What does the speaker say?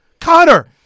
Connor